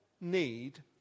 need